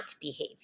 behavior